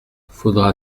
faudra